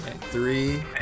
Three